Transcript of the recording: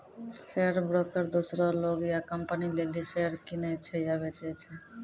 share broker दोसरो लोग या कंपनी लेली शेयर किनै छै या बेचै छै